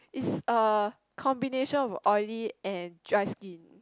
is a combination of oily and dry skin